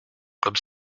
comme